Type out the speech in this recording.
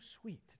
sweet